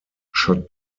shot